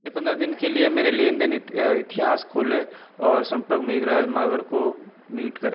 पंद्रह दिन के लिए मेरा लेन देन इतिहास खोलें और संपर्क मेघराज मावर को म्यूट करें